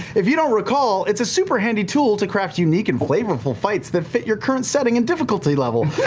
if you don't recall, it's a super handy tool to craft unique and flavorful fights that fit your current setting and difficulty level.